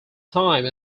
time